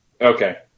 Okay